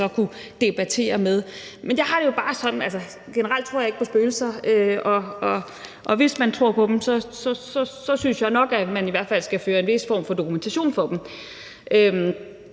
så kunne debattere om. Og altså, generelt tror jeg ikke på spøgelser, men hvis man tror på dem, synes jeg nok, at man i hvert fald skal føre en vis form for dokumentation for dem,